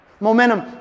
Momentum